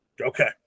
Okay